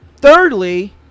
Thirdly